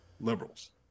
liberals